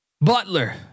Butler